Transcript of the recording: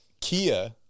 Kia